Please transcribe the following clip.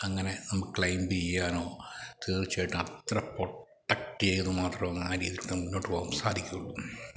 അങ്ങനെ നമ്മൾ ക്ലൈമ്പെയ്യാനോ തീർച്ചയായിട്ടും അത്ര പ്രൊട്ടക്ടെയ്ത് മാത്രമേ ആ രീതിലൂടെ മുന്നോട്ടുപോകാൻ സാധിക്കുകയുള്ളൂ